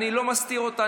אני לא מסתיר אותה,